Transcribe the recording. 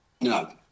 No